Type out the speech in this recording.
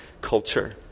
culture